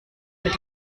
mit